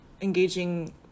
engaging